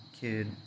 kid